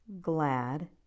glad